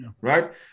right